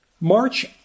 march